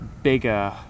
bigger